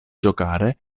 giocare